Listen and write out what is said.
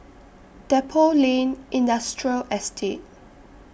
Depot Lane Industrial Estate